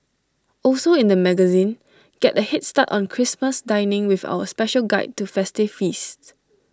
also in the magazine get A Head start on Christmas dining with our special guide to festive feasts